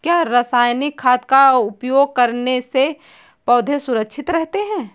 क्या रसायनिक खाद का उपयोग करने से पौधे सुरक्षित रहते हैं?